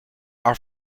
are